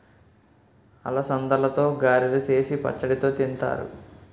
అలసందలతో గారెలు సేసి పచ్చడితో తింతారు